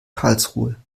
karlsruhe